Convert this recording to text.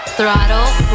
Throttle